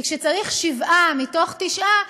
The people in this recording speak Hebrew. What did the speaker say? כי כשצריך שבעה מתוך תשעה,